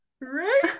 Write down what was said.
right